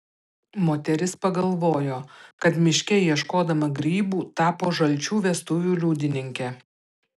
moteris pagalvojo kad miške ieškodama grybų tapo žalčių vestuvių liudininke